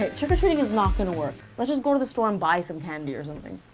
trick or treating is not gonna work. let's just go to the store and buy some candy or something.